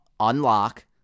unlock